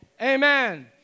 Amen